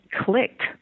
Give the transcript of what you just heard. clicked